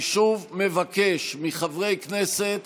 אני שוב מבקש מחברי הכנסת